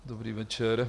Dobrý večer.